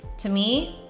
to me,